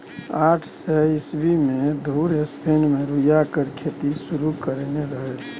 आठ सय ईस्बी मे मुर स्पेन मे रुइया केर खेती शुरु करेने रहय